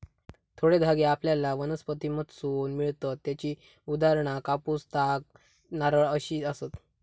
थोडे धागे आपल्याला वनस्पतींमधसून मिळतत त्येची उदाहरणा कापूस, ताग, नारळ अशी आसत